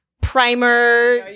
primer